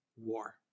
war